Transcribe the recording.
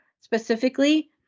specifically